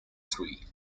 three